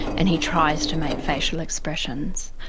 and he tries to make facial expressions.